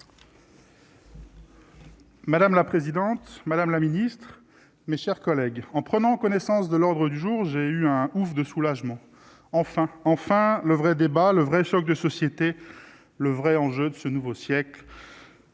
Madame la présidente, Madame la Ministre, mes chers collègues, en prenant connaissance de l'ordre du jour, j'ai eu un ouf de soulagement : enfin, enfin le vrai débat, le vrai choc de société le vrai enjeu de ce nouveau siècle.